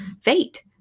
fate